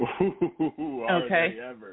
Okay